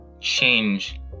change